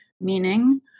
meaning